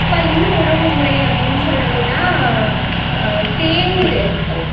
அப்போ இன்னும் உணவுமுறை அப்படின்னு சொல்லணுன்னால் தேநீர் எடுத்துக்கலாம்